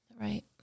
Right